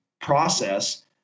process